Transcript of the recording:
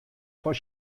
fan